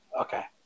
Okay